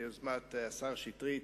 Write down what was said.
ביוזמת השר שטרית,